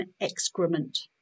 excrement